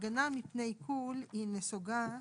ההגנה מפני עיקול, היא נסוגה,